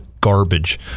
garbage